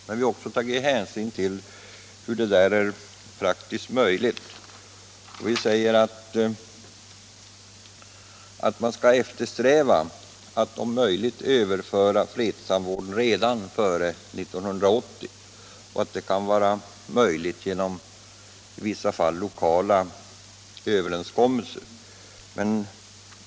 Men vi har också tagit hänsyn till om det är praktiskt möjligt. Vi säger att man skall eftersträva att överföra fredstandvården redan 1980 och att det i vissa fall kan vara möjligt genom lokala överenskommelser.